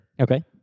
Okay